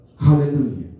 Hallelujah